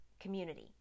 community